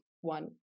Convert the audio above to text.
one